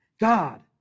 God